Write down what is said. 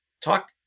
talk